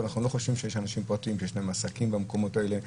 אנחנו לא חושבים שיש אנשים פרטיים שיש להם עסקים במקומות האלה.